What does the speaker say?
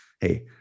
Hey